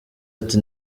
ati